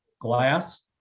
glass